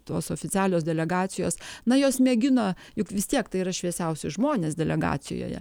tos oficialios delegacijos na jos mėgina juk vis tiek tai yra šviesiausi žmonės delegacijoje